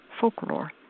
folklore